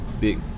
big